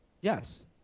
Yes